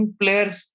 players